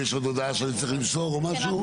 יש עוד הודעה שאני צריך למסור או משהו?